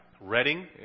Reading